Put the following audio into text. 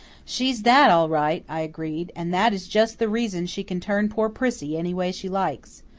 she's that, all right, i agreed, and that is just the reason she can turn poor prissy any way she likes.